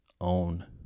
own